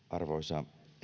arvoisa